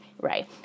Right